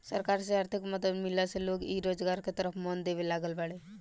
सरकार से आर्थिक मदद मिलला से लोग इ रोजगार के तरफ मन देबे लागल बाड़ें